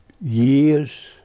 years